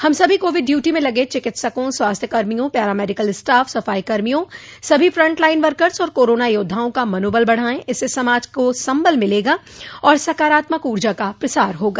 हम सभी covid duty में लगे चिकित्सकों स्वास्थ्य कर्मियों पैरामेडिकल स्टॉफ सफाई कर्मियों सभी फ्रंट लाइन वकस और कोरोना योद्धाओं का मनोबल बढ़ाये इससे समाज को समबल मिलेगा और सकारात्मक ऊर्जा का प्रसार होगा